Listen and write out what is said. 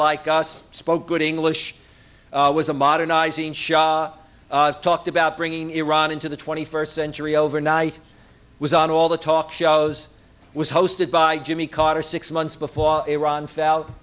like us spoke good english was a modernizing show talked about bringing iran into the twenty first century overnight was on all the talk shows was hosted by jimmy carter six months before iran f